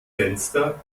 fenster